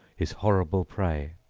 his horrible prey.